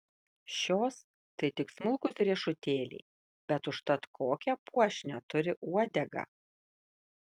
šios tai tik smulkūs riešutėliai bet užtat kokią puošnią turi uodegą